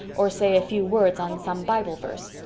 or say a few words on some bible verse.